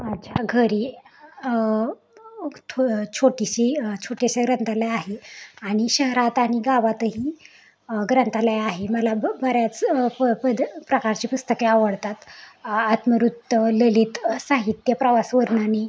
माझ्या घरी थो छोटीशी छोटीशी ग्रंथालय आहे आणि शहरात आणि गावातही ग्रंथालय आहे मला ब बऱ्याच प पद प्रकारची पुस्तके आवडतात आत्मवृत्त ललित साहित्य प्रवास वर्णने